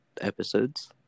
episodes